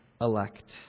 Elect